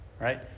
right